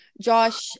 Josh